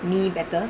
me better